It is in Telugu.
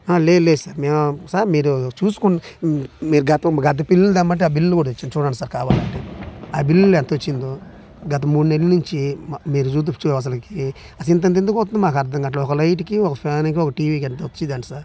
ఆ లేదు లేదు సార్ సార్ మీరు చూసుకు గత బిల్లులు తెమ్మంటే ఆ బిల్లులు కూడా తెచ్చాను చూడండి సార్ కావాలంటే ఆ బిల్లులో ఎంత వచ్చిందో గత మూడు నెలల నుంచి అసలు ఇంత ఎందుకు వస్తుంది మాకు అర్థం కావట్లే ఒక లైట్కి ఒక ఫ్యాన్కి ఒక టీవీకి ఇంత వచ్చిద్ది అంట సార్